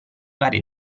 varie